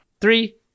Three